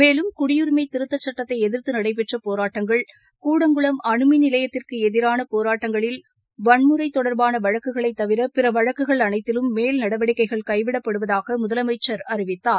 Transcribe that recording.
மேலும் குடியுரிஸ் திருத்தச் சட்டத்தை எதிர்த்து நடைபெற்ற போராட்டங்கள் கூடங்குளம் அனுமின் நிலையத்திற்கு எதிரான போராட்டங்களில் வன்முறை தொடர்பான வழக்குகளை தவிர பிற வழக்குகள் அனைத்திலும் மேல் நடவடிக்கைகள் கைவிடப்படுவதாக முதலமைச்சர் அறிவித்தார்